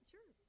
Sure